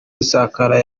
rusagara